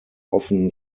often